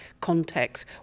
context